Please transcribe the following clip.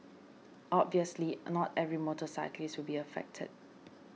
obviously not every motorcyclist will be affected